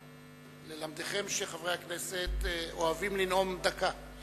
ללמדכם שחברי הכנסת אוהבים לנאום דקה.